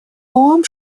том